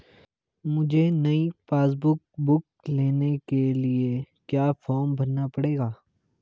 मुझे नयी passbook book लेने के लिए क्या फार्म भरना पड़ेगा?